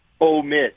omit